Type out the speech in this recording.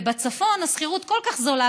ובצפון השכירות כל כך זולה,